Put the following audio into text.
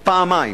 פעמיים.